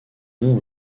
nom